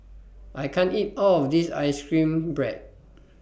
I can't eat All of This Ice Cream Bread